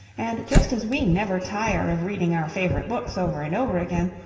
and just as we never tire of reading our favourite books over and over again,